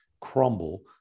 crumble